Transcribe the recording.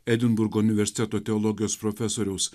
edinburgo universiteto teologijos profesoriaus